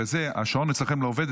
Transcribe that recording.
השעון אצלכם לא עובד,